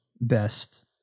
best